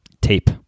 tape